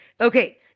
Okay